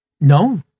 no